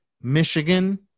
Michigan